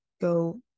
go